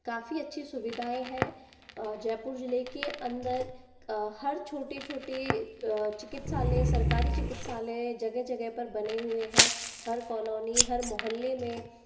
काफ़ी अच्छी सुविधाएं हैं जयपुर जिले के अंदर हर छोटे छोटे चिकित्सालय सरकारी चिकित्सालय जगह जगह पर बने हुए हैं हर कॉलोनी हर मोहल्ले में